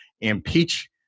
impeach